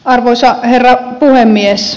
arvoisa herra puhemies